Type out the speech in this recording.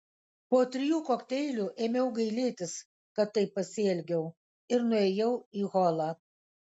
po trijų kokteilių ėmiau gailėtis kad taip pasielgiau ir nuėjau į holą